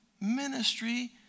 ministry